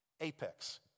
Apex